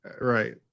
right